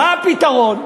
מה הפתרון?